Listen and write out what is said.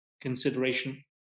consideration